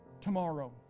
tomorrow